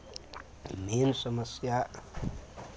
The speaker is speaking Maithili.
मेन समस्या